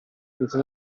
vita